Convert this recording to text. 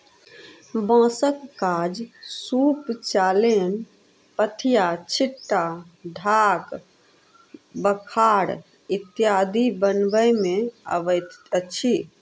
बाँसक काज सूप, चालैन, पथिया, छिट्टा, ढाक, बखार इत्यादि बनबय मे अबैत अछि